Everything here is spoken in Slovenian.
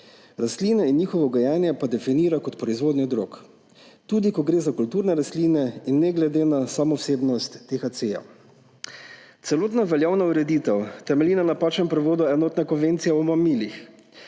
rastline in njihovo gojenje pa definira kot proizvodnjo drog tudi, ko gre za kulturne rastline, in ne glede na samo vsebnost THC. Celotna veljavna ureditev temelji na napačnem prevodu Enotne konvencije o mamilih,